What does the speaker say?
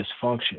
dysfunction